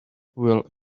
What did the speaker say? will